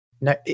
no